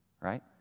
right